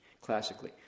Classically